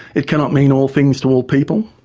it cannot mean all things to all people.